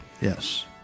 yes